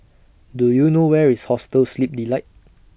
Do YOU know Where IS Hostel Sleep Delight